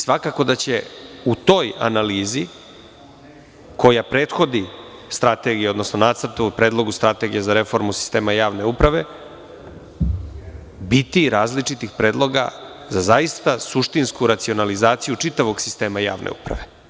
Svakako da će u toj analizi koja prethodi strategiji, odnosno nacrtu o predlogu strategije za reformu sistema javne uprave biti različitih predloga za suštinsku racionalizaciju čitavog sistema javne uprave.